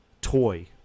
toy